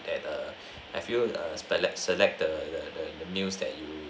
that err have you err select select the the the meals that you